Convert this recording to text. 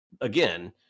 again